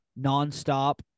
nonstop